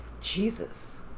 Jesus